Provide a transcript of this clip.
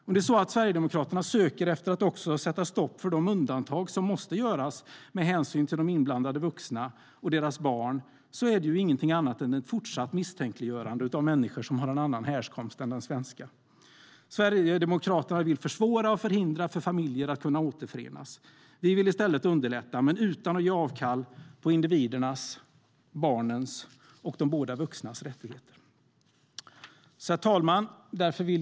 Om Sverigedemokraterna söker efter att sätta stopp för de undantag som måste göras med hänsyn till de inblandade vuxna och deras barn är det inget annat än ett fortsatt misstänkliggörande av människor som har en annan härkomst än den svenska. Sverigedemokraterna vill försvåra och förhindra för familjer att återförenas. Vi vill i stället underlätta men utan att ge avkall på individernas, barnens och de båda vuxnas, rättigheter. Herr talman!